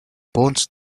bones